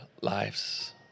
lives